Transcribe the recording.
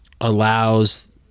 allows